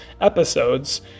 episodes